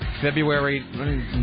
February